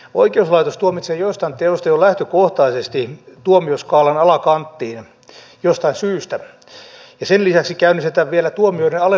oikeuslaitos tuomitsee joistain teoista tuomion jo lähtökohtaisesti skaalan alakanttiin jostain syystä ja sen lisäksi käynnistetään vielä tuomioiden alennusmyynti